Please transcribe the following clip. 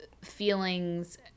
feelings